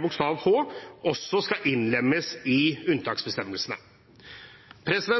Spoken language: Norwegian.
bokstav h også skal innlemmes i unntaksbestemmelsene.